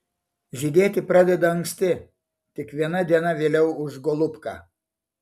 žydėti pradeda anksti tik viena diena vėliau už golubką